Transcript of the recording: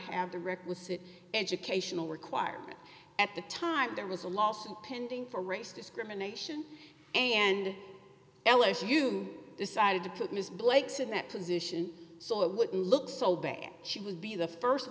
have the requisite educational requirement at the time there was a lawsuit pending for race discrimination and l a s u decided to put ms blake's in that position so it wouldn't look so bad she would be the